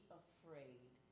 afraid